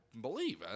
believe